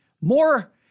more